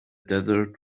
desert